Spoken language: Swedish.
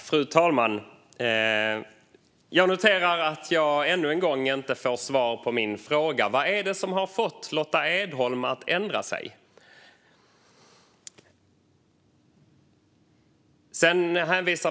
Fru talman! Jag noterar att jag än en gång inte får svar på min fråga: Vad är det som har fått Lotta Edholm att ändra sig?